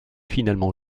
finalement